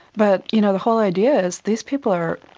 but you know the whole idea is these people are